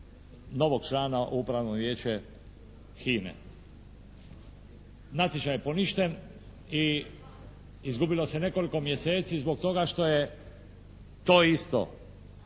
novog člana Upravnog vijeća HINA-e. Natječaj je poništen i izgubilo se nekoliko mjeseci zbog toga što je to isto,